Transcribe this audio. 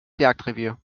jagdrevier